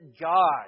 God